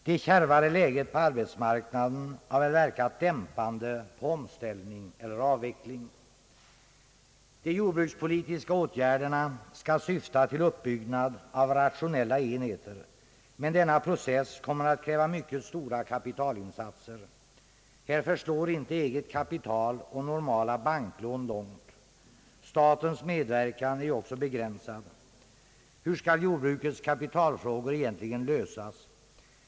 Det kärvare läget på arbetsmarknaden har väl verkat dämpande på omställningen eller avvecklingen. De jordbrukspolitiska åtgärderna skall syfta till uppbyggnad av rationella enheter, men denna process kommer att kräva mycket stora kapitalinsatser. Här förslår inte eget kapital och normala banklån långt. Statens medverkan är också begränsad. Hur skall jordbrukets kapitalfrågor egentligen lösas?